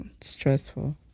Stressful